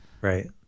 Right